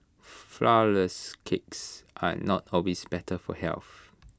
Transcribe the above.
Flourless Cakes are not always better for health